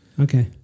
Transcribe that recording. Okay